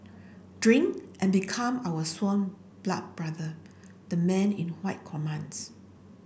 drink and become our sworn blood brother the man in white commands